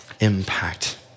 impact